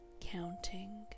counting